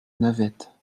navette